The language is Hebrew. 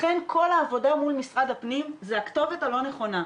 לכן כל העבודה מול משרד הפנים זו הכתובת הלא נכונה.